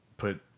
put